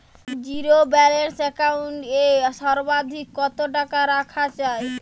Zero balance account এ সর্বাধিক কত টাকা রাখা য়ায়?